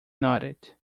nodded